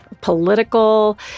political